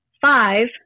Five